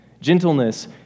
Gentleness